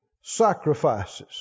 sacrifices